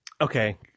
okay